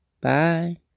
Bye